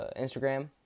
Instagram